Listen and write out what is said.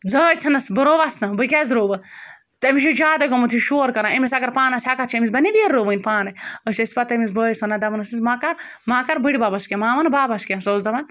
زٲج ژھٕنَس بہٕ رُوَس نہٕ بہٕ کیٛازِ رُوٕ تٔمِس چھُ جارَے گوٚمُت یہِ چھِ شور کَران أمِس اگر پانَس ہٮ۪کَتھ چھِ أمِس بنٛنہِ نہ وِرِ رُوٕن پانَے أسۍ ٲسۍ پَتہٕ تٔمِس بٲیِس وَنان دَپان ٲسِس ما کَر ما کَر بٔڈِ بَبَس کینٛہہ ما وَن بابَس کینٛہہ سُہ اوس دَپان